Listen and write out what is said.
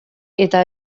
eta